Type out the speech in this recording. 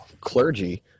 clergy